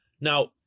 Now